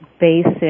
basic